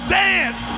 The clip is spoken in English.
dance